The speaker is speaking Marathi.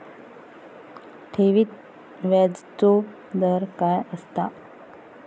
ठेवीत व्याजचो दर काय असता?